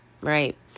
Right